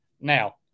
Now